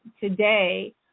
today